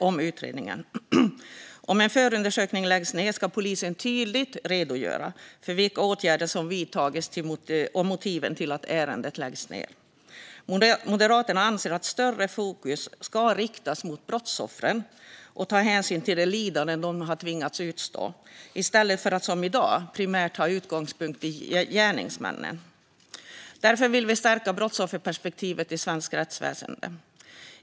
Om en förundersökning läggs ned ska polisen tydligt redogöra för vilka åtgärder som har vidtagits och motiven till att ärendet läggs ned. Moderaterna anser att större fokus ska riktas mot brottsoffren och ta hänsyn till det lidande de har tvingats utstå, i stället för att som i dag primärt ha utgångspunkt i gärningsmännen. Därför vill vi stärka brottsofferperspektivet i svenskt rättsväsen.